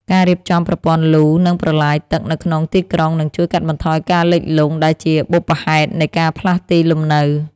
ការរៀបចំប្រព័ន្ធលូ និងប្រឡាយទឹកនៅក្នុងទីក្រុងនឹងជួយកាត់បន្ថយការលិចលង់ដែលជាបុព្វហេតុនៃការផ្លាស់ទីលំនៅ។